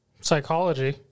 psychology